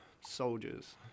soldiers